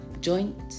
joint